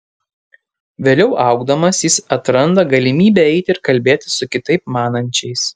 vėliau augdamas jis atranda galimybę eiti ir kalbėtis su kitaip manančiais